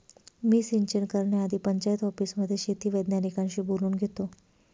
मी सिंचन करण्याआधी पंचायत ऑफिसमध्ये शेती वैज्ञानिकांशी बोलून घेतो